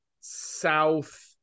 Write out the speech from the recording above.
south